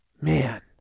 Man